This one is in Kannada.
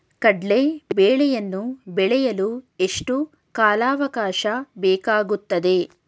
ಕಡ್ಲೆ ಬೇಳೆಯನ್ನು ಬೆಳೆಯಲು ಎಷ್ಟು ಕಾಲಾವಾಕಾಶ ಬೇಕಾಗುತ್ತದೆ?